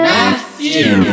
Matthew